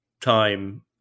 time